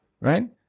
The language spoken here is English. right